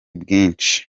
bwinshi